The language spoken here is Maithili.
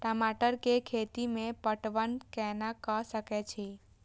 टमाटर कै खैती में पटवन कैना क सके छी?